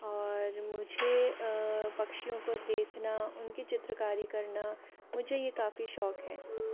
और मुझे पक्षियों को देखना उनकी चित्रकारी करना मुझे ये काफ़ी शौक हैं